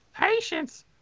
patience